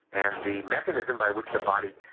and the mechanism by which the body